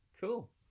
cool